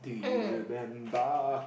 do you remember